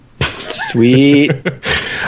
Sweet